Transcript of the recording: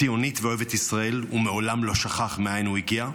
ציונית ואוהבת ישראל, ומעולם לא שכח מאין הגיע.